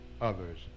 others